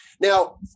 Now